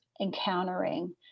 encountering